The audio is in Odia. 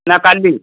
ନା କାଲି